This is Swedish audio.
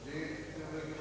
Herr talman!